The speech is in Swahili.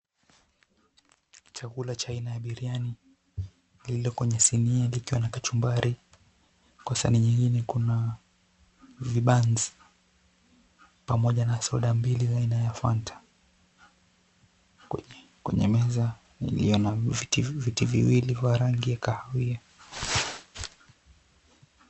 Chakula cha aina ya biriani lililo kwenye sinia likiwa na kachumbari. Kwa sahani nyingine kuna vibanzi pamoja na soda mbili za aina ya Fanta kwenye meza ilio na viti viwili vya rangi ya kahawia.